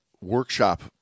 workshop